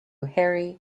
hairy